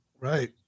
Right